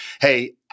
Hey